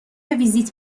ویزیت